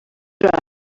driver